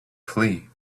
flee